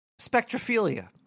spectrophilia